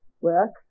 work